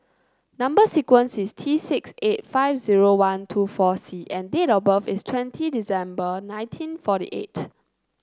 number sequence is T six eight five zero one two four C and date of birth is twenty December nineteen forty eight